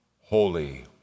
Holy